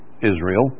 Israel